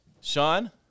Sean